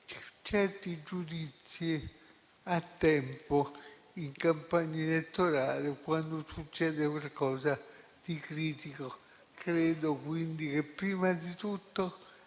certi giudizi a tempo in campagna elettorale quando succede qualcosa di critico. Credo quindi che prima di tutto,